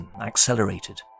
accelerated